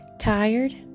Tired